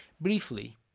Briefly